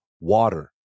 water